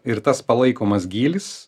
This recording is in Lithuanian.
ir tas palaikomas gylis